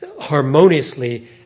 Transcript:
harmoniously